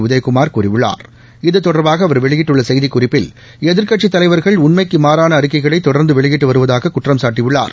உதயகுமார் கூறியுள்ளார் இது தெடா்பாக அவர் வெளியிட்டுள்ள செய்திக் குறிப்பில் எதிாக்கட்சித் தலைவர்கள் உண்மைக்கு மாறான அறிக்கைகளை தொடர்ந்து வெளியிட்டு வருவதாக குற்றம் சாட்டியுள்ளார்